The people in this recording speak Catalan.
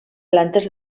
plantes